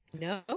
no